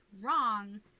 wrong